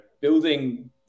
building